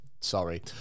Sorry